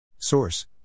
Source